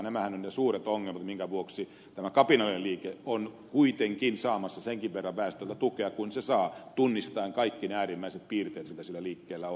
nämähän ovat ne suuret ongelmat minkä vuoksi tämä kapinallinen liike on kuitenkin saamassa senkin verran väestöltä tukea kuin se saa tunnistaen kaikki ne äärimmäiset piirteet mitä sillä liikkeellä on